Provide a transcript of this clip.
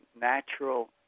natural